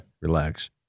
Relax